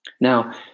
Now